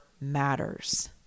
matters